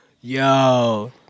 Yo